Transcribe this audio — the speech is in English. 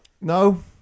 No